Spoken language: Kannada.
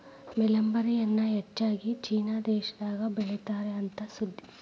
ಮಲ್ಬೆರಿ ಎನ್ನಾ ಹೆಚ್ಚಾಗಿ ಚೇನಾ ದೇಶದಾಗ ಬೇಳಿತಾರ ಅಂತ ಸುದ್ದಿ